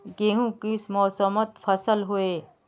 गेहूँ किस मौसमेर फसल होय?